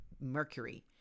Mercury